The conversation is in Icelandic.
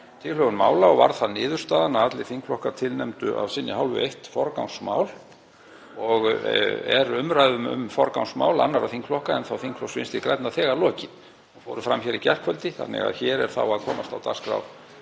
tilhögun mála. Varð það niðurstaðan að allir þingflokkar tilnefndu af sinni hálfu eitt forgangsmál og er umræðum um forgangsmál annarra þingflokka en þingflokks Vinstri grænna þegar lokið. Þær fóru fram í gærkvöldi, þannig að hér er þá að komast á dagskrá